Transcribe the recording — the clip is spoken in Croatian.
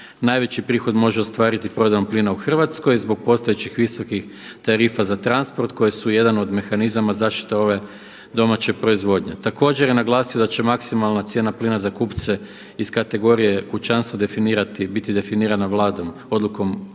najveći prihod može ostvariti prodajom plina u Hrvatskoj zbog postojećih visokih tarifa za transport koje su jedan od mehanizama zaštite ove domaće proizvodnje. Također je naglasio da će maksimalna cijena plina za kupce iz kategorije kućanstvo biti definirano odlukom Vlade